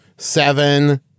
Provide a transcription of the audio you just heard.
Seven